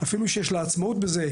אפילו שיש לה עצמאות בזה.